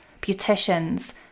beauticians